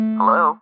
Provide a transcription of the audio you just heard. Hello